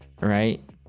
right